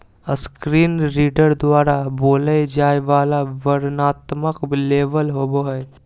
screen reader द्वारा बोलय जाय वला वर्णनात्मक लेबल होबो हइ